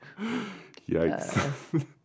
yikes